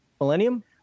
millennium